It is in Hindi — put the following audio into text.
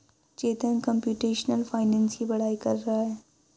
चेतन कंप्यूटेशनल फाइनेंस की पढ़ाई कर रहा है